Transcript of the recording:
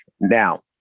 Now